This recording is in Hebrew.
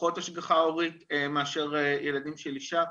לפחות השגחה הורית מאשר ילדים של אישה?